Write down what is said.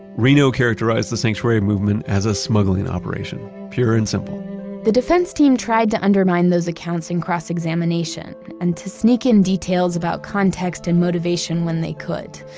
reno characterized the sanctuary movement as a smuggling operation, pure and simple the defense team tried to undermine those accounts in cross-examination and to sneak in details about context and motivation when they could,